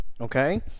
Okay